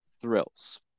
thrills